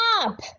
Stop